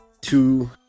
two